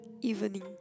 Evening